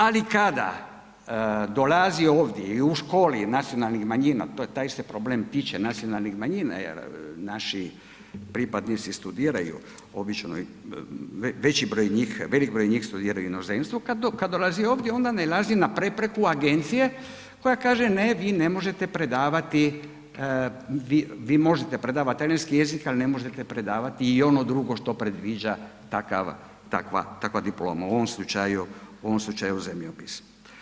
Ali kada dolazi ovdje i u školi nacionalnih manjina, to je, taj se problem tiče nacionalnih manjina jer naši pripadnici studiraju obično veći broj njih, velik broj njih studira i u inozemstvu, kad dolazi ovdje onda nailazi na prepreku agencije koja kaže ne, vi ne možete predavati, vi možete predavat talijanski jezik, ali ne možete predavati i ono drugo što predviđa takva diploma, u ovom slučaju zemljopis.